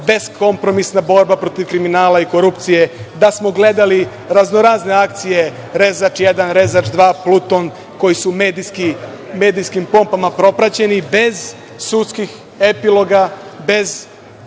beskompromisna borba protiv kriminala i korupcije, da smo gledali raznorazne akcije Rezač 1, Rezač 2, Pluton, koji su medijskim pompama propraćeni, bez sudskih epiloga, bez